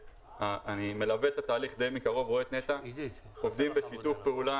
אני מלווה את התהליך די מקרוב ורואה את נת"ע עובדים בשיתוף פעולה